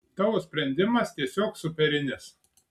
tavo sprendimas tiesiog superinis